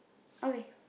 okay